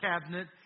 cabinet